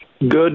Good